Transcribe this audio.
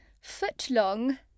foot-long